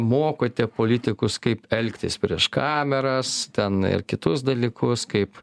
mokote politikus kaip elgtis prieš kameras ten ir kitus dalykus kaip